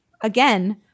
again